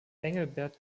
engelbert